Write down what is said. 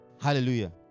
Hallelujah